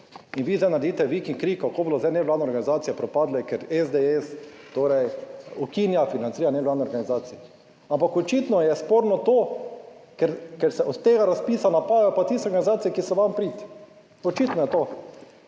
in vi zdaj naredite vik in krik, kako bodo zdaj nevladne organizacije propadle, ker SDS torej ukinja financiranje nevladnih organizacij. Ampak očitno je sporno to, ker se od tega razpisa napajajo pa tiste organizacije, ki so vam v prid. Očitno je to,